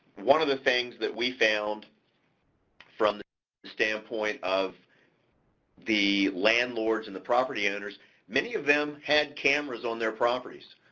one of the things that we found from the standpoint of the landlords and the property owners many of them had cameras on their properties.